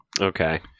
Okay